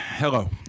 Hello